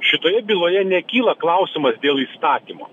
šitoje byloje nekyla klausimas dėl įstatymo